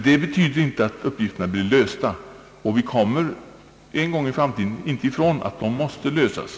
Det betyder inte att uppgifterna är lösta, och vi kommer inte ifrån att de så småningom måste lösas.